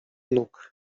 nóg